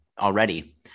already